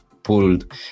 pulled